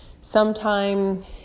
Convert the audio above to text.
sometime